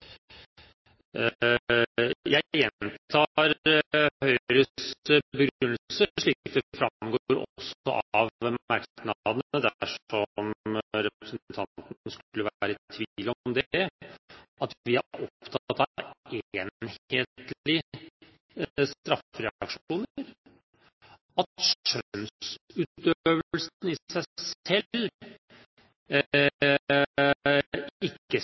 Jeg gjentar Høyres begrunnelse, slik den også framgår av merknadene, dersom representanten skulle være i tvil om det: Vi er opptatt av enhetlige straffereaksjoner, og at skjønnsutøvelsen i seg selv ikke